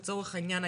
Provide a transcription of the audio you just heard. לצורך העניין,